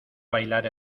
bailar